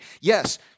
Yes